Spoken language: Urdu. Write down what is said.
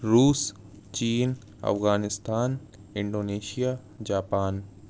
روس چین افغانستان انڈونیشیا جاپان